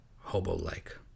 hobo-like